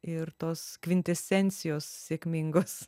ir tos kvintesencijos sėkmingos